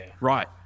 right